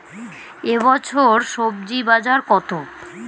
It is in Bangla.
এ বছর স্বজি বাজার কত?